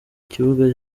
kibuga